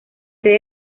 sede